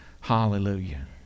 Hallelujah